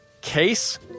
case